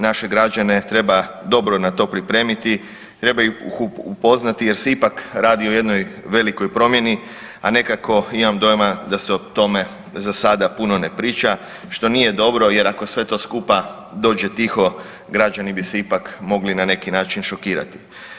Naše građane treba dobro na to pripremiti, treba ih upoznati jer se ipak radi o jednoj velikoj promjeni, a nekako imam dojma da se o tome za sada puno ne priča što nije dobro jer ako sve to skupa dođe tiho građani bi se ipak mogli na neki način šokirati.